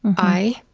i.